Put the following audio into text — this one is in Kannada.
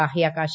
ಬಾಹ್ಯಾಕಾಶ